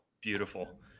Beautiful